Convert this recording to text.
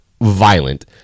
violent